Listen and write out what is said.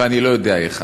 ואני לא יודע איך,